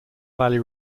valley